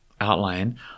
Outline